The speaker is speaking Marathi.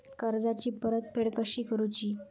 कर्जाची परतफेड कशी करुची?